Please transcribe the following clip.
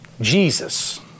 Jesus